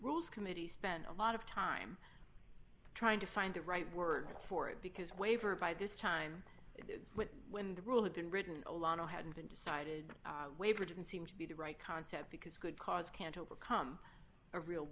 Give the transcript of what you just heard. rules committee spent a lot of time trying to find the right word for it because waiver by this time it did when the rule had been written a lot of hadn't been decided waiver didn't seem to be the right concept because good cause can't overcome a real